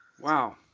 Wow